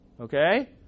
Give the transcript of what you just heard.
Okay